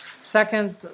Second